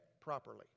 properly